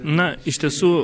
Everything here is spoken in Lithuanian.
na iš tiesų